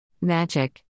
Magic